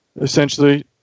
essentially